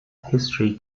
history